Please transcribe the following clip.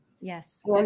Yes